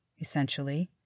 essentially